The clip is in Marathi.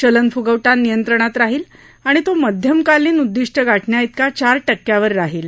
चलनफुगवटा नियंत्रणात राहील आणि तो मध्यम कालीन उददिष्ट गाठण्याइतका चार टक्क्यावर राहील